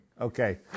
Okay